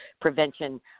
prevention